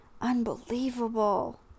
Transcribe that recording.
Unbelievable